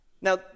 Now